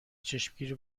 چشمگیر